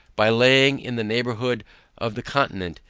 by laying in the neighbourhood of the continent,